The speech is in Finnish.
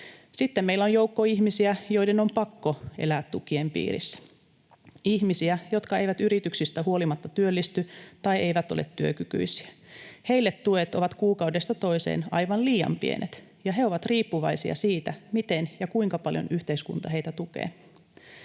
Sitten meillä on joukko ihmisiä, joiden on pakko elää tukien piirissä, ihmisiä, jotka eivät yrityksistä huolimatta työllisty tai eivät ole työkykyisiä. Heille tuet ovat kuukaudesta toiseen aivan liian pienet, ja he ovat riippuvaisia siitä, miten ja kuinka paljon yhteiskunta heitä tukee.